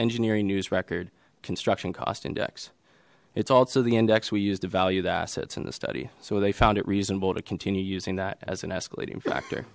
engineering news record construction cost index it's also the index we use to value the assets in the study so they found it reasonable to continue using that as an escalating factor